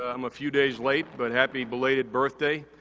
i'm a few days late, but happy belated birthday.